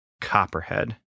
Copperhead